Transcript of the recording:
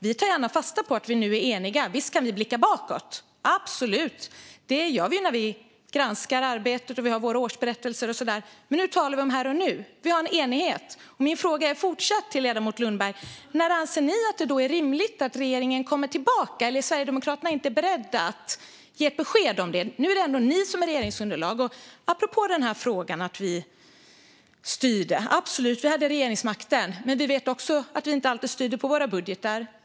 Vi tar gärna fasta på att vi nu är eniga. Visst kan vi blicka bakåt - absolut. Det gör vi när vi granskar arbetet, och det gör vi i våra årsberättelser. Men nu talar vi om här och nu. Vi har en enighet. Min fråga till ledamoten Lundberg är fortfarande: När anser ni att det är rimligt att regeringen kommer tillbaka? Eller är Sverigedemokraterna inte beredda att ge ett besked om det? Nu är det ändå ni som är regeringsunderlag. Apropå att vi styrde vill jag säga: Vi hade absolut regeringsmakten, men vi vet att vi inte alltid styrde med våra budgetar.